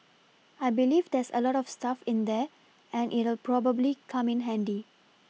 I believe there's a lot of stuff in there and it'll probably come in handy